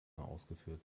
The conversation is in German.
ausgeführt